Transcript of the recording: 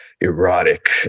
erotic